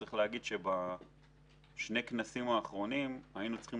צריך להגיד שבשני הכנסים האחרונים היינו צריכים